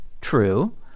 True